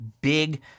big